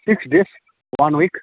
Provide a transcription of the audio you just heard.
six days one week